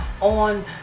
on